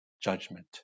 judgment